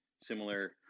similar